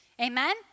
Amen